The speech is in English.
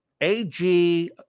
AG